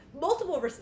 Multiple